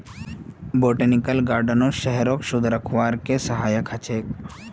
botanical गार्डनो शहरक शुद्ध रखवार के सहायक ह छेक